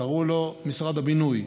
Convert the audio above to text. קראו לו משרד הבינוי.